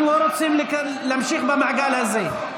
אנחנו לא רוצים להמשיך במעגל הזה.